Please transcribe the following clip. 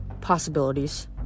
possibilities